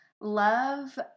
love